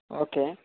okay